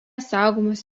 saugomas